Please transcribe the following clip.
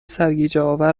سرگیجهآور